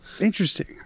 Interesting